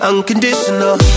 Unconditional